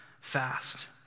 fast